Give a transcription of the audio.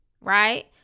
right